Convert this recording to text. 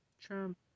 Trump